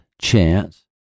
chance